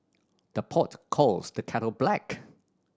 the pot calls the kettle black